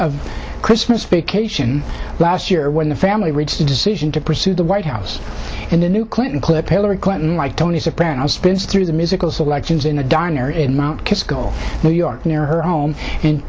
of christmas vacation last year when the family reached a decision to pursue the white house in a new clinton clip hillary clinton like tony soprano spins through the musical selections in a diner in mt kisco new york near her home